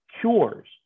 cures